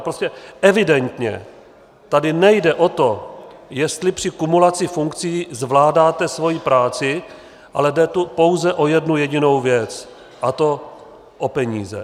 Prostě evidentně tady nejde o to, jestli při kumulaci funkcí zvládáte svoji práci, ale jde tu pouze o jednu jedinou věc, a to o peníze.